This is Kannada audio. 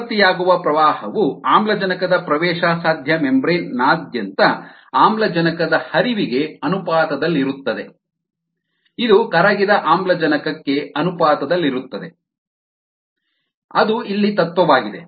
ಉತ್ಪತ್ತಿಯಾಗುವ ಪ್ರವಾಹವು ಆಮ್ಲಜನಕದ ಪ್ರವೇಶಸಾಧ್ಯ ಮೆಂಬ್ರೇನ್ ನಾದ್ಯಂತ ಆಮ್ಲಜನಕದ ಹರಿವಿಗೆ ಅನುಪಾತದಲ್ಲಿರುತ್ತದೆ ಇದು ಕರಗಿದ ಆಮ್ಲಜನಕಕ್ಕೆ ಅನುಪಾತದಲ್ಲಿರುತ್ತದೆ ಅದು ಇಲ್ಲಿ ತತ್ವವಾಗಿದೆ